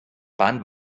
bahn